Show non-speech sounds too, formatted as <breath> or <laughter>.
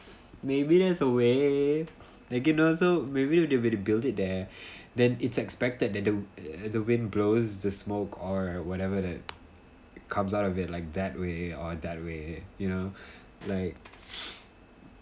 <breath> maybe that's the way they can also maybe they will rebuild it there <breath> then it's expected that the the wind blows the smoke or whatever that comes out of it like that way or that way you know like <breath>